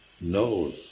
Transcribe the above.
knows